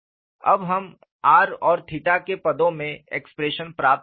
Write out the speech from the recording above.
अब हम r और के पदों में एक्सप्रेशन प्राप्त करेंगे